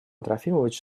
трофимович